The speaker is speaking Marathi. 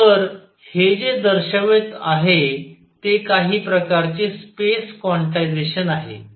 तर हे जे दर्शवत आहे ते काही प्रकारचे स्पेस क्वांटायझेशन आहे